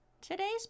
Today's